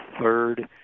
third